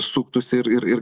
suktųsi ir ir ir